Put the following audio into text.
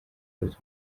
koza